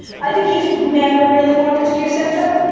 i think he's never really wanted to do santa.